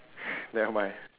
nevermind